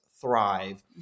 thrive